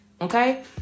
Okay